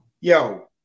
yo